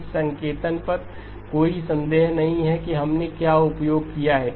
इस संकेतन पर कोई संदेह नहीं है कि हमने क्या उपयोग किया है